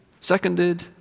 seconded